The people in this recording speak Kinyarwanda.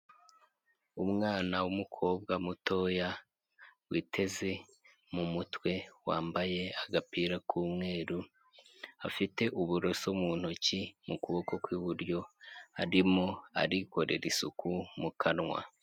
Umwana w'umukobwa mutoya witeze mu mutwe wambaye agapira k'umweru, afite uburoso mu ntoki mu kuboko kw'iburyo, arimo arikorera isuku mu kanwa.